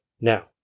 now